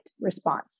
response